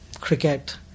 cricket